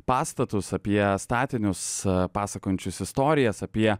pastatus apie statinius pasakojančius istorijas apie